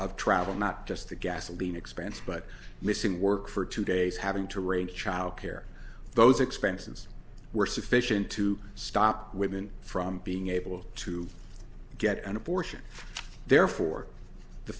of travel not just the gasoline expense but missing work for two days having to rein in childcare those expenses were sufficient to stop women from being able to get an abortion therefore the